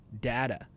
data